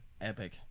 epic